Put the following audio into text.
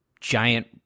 giant